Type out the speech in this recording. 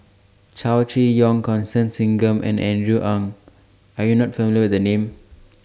Chow Chee Yong Constance Singam and Andrew Ang YOU Are not familiar with The Names